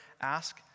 ask